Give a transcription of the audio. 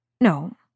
No